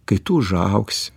kai tu užaugsi